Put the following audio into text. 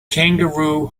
kangaroo